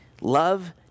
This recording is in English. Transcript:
Love